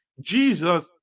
Jesus